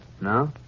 No